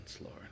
Lord